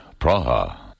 Praha